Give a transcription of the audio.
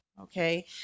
okay